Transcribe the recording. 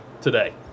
today